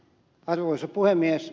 arvoisa puhemies